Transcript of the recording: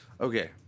Okay